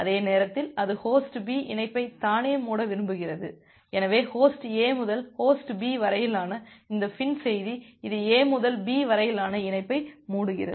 அதே நேரத்தில் அது ஹோஸ்ட் B இணைப்பைத் தானே மூட விரும்புகிறது எனவே ஹோஸ்ட் A முதல் ஹோஸ்ட் B வரையிலான இந்த FIN செய்தி இது A முதல் B வரையிலான இணைப்பை மூடுகிறது